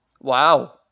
Wow